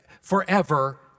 forever